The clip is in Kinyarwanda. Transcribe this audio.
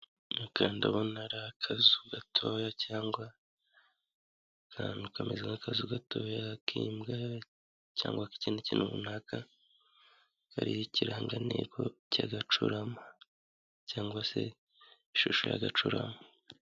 Aka ndabona ari akazu gatoya cyangwa akantu kameze nk'akazu gatoya k'imbwa, cyangwa ikindi kintu runaka kari ikirangantego cy'agacurama cyangwa se ishusho y'agacuramo.